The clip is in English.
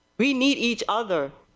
we need each other.